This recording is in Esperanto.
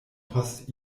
post